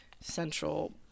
central